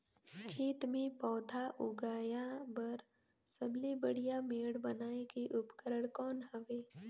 खेत मे पौधा उगाया बर सबले बढ़िया मेड़ बनाय के उपकरण कौन हवे?